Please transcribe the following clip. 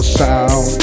sound